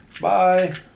Bye